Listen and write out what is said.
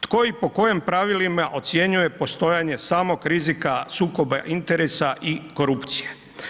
Tko i po kojim pravilima ocjenjuje postojanje samog rizika sukoba interesa i korupcije?